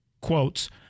quotes